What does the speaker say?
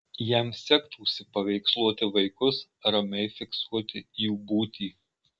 jam sektųsi paveiksluoti vaikus ramiai fiksuoti jų būtį